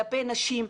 כלפי נשים.